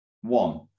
One